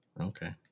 Okay